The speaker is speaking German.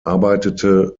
arbeitete